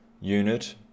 unit